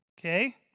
okay